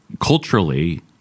culturally